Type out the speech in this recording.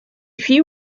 few